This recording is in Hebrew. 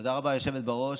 תודה רבה, היושבת בראש.